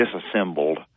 disassembled